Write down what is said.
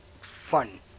fun